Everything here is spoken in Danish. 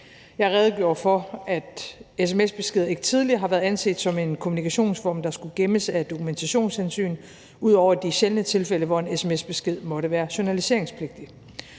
Jeg redegjorde for, at sms-beskeder ikke tidligere har været anset som en kommunikationsform, der skulle gemmes af dokumentationshensyn, ud over de sjældne tilfælde, hvor en sms-besked måtte være journaliseringspligtig,